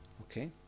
Okay